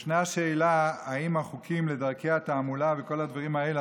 יש שאלה: האם החוקים לדרכי התעמולה וכל הדברים האלה,